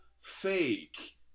fake